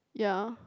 ya